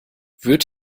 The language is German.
wird